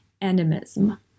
animism